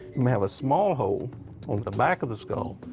might have a small hole on the back of the skull,